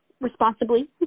responsibly